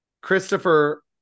christopher